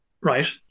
Right